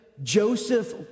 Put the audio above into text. Joseph